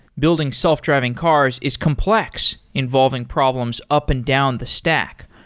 building self-driving cars is complex involving problems up and down the stack.